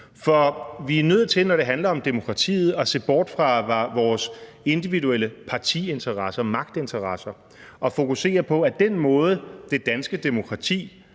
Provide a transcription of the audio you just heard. er nemlig nødt til, når det handler om demokratiet, at se bort fra vores individuelle partiinteresser og magtinteresser og fokusere på, at den måde, som det danske demokrati